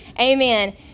Amen